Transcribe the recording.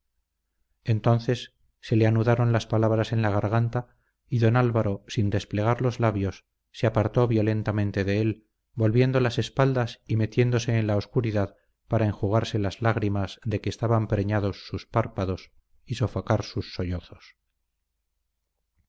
entonces se le anudaron las palabras en la garganta y don álvaro sin desplegar los labios se apartó violentamente de él volviendo las espaldas y metiéndose en la oscuridad para enjugarse las lágrimas de que estaban preñados sus párpados y sofocar sus